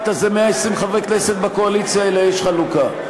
הזה 120 חברי כנסת בקואליציה אלא יש חלוקה.